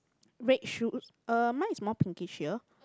red shoes uh mine is more pinkish here